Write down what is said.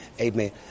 Amen